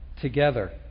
together